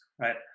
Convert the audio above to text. right